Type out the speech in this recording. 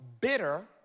bitter